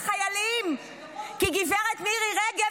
לחיילים -- הם גמרו את המדינה,